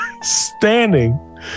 standing